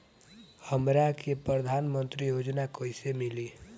हमरा के प्रधानमंत्री योजना कईसे मिली?